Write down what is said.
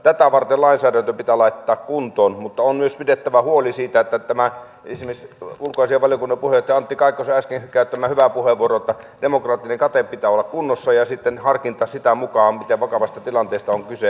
tätä varten lainsäädäntö pitää laittaa kuntoon mutta on myös pidettävä huoli siitä tästä esimerkiksi ulkoasiainvaliokunnan puheenjohtaja antti kaikkonen äsken käytti hyvän puheenvuoron että demokraattisen katteen pitää olla kunnossa ja sitten on harkinta sen mukaan miten vakavasta tilanteesta on kyse